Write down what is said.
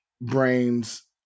brains